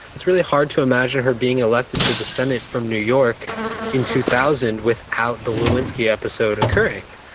it's really hard to imagine her being elected to the senate from new york in two thousand without the lewinsky episode occurring.